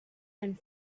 and